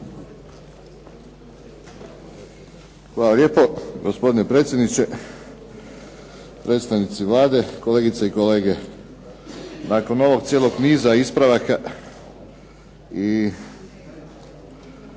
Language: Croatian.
Hvala lijepo, gospodine predsjedniče. Predstavnici Vlade, kolegice i kolege. Nakon ovog cijelog niza ispravaka i